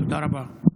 תודה רבה.